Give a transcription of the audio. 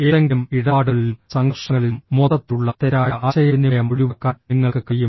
ഏതെങ്കിലും ഇടപാടുകളിലും സംഘർഷങ്ങളിലും മൊത്തത്തിലുള്ള തെറ്റായ ആശയവിനിമയം ഒഴിവാക്കാൻ നിങ്ങൾക്ക് കഴിയും